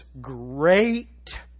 great